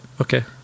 okay